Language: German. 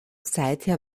seither